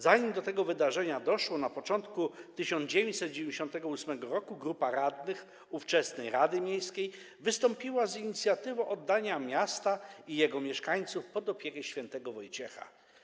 Zanim do tego wydarzenia doszło, na początku 1998 r. grupa radnych ówczesnej rady miejskiej wystąpiła z inicjatywą oddania miasta i jego mieszkańców pod opiekę św. Wojciecha.